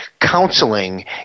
counseling